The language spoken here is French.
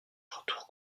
retour